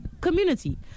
community